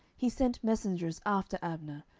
he sent messengers after abner,